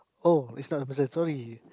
oh it's not the person sorry